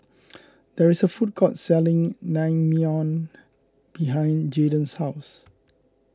there is a food court selling Naengmyeon behind Jaden's house